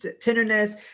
tenderness